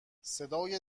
صدای